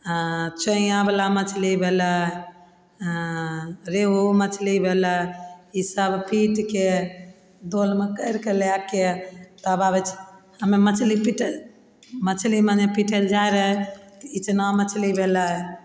आओर चैंयावला मछली भेलय रेहू मछली भेलय ई सब पीटके दोलमे करिके लएके तब आबय छियै हमे मछली पीटय मछली मने पीटय लए जाय रहय तऽ इचना मछली भेलय